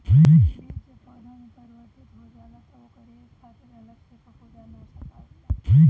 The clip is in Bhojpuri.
बीज जब पौधा में परिवर्तित हो जाला तब ओकरे खातिर अलग से फंफूदनाशक आवेला